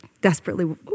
desperately